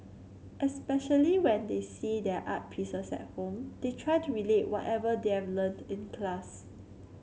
especially when they see their art pieces at home they try to relate whatever they've learnt in class